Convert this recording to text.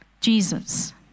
Jesus